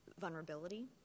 vulnerability